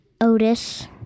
Otis